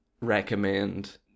recommend